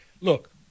look